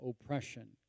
oppression